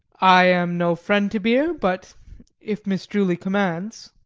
i am no friend to beer but if miss julie commands.